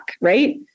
right